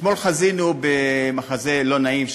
אתמול חזינו במחזה לא נעים,